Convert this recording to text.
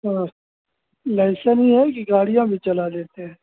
नमस लाईसन है कि गाड़ियाँ भी चला लेते हैं